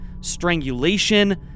strangulation